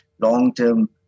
long-term